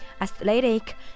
athletic